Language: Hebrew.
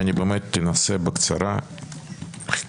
ואני מכנה אותה "הפיכה משפטית",